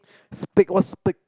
speak what speak